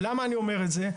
למה אני אומר את זה?